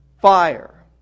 fire